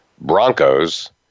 Broncos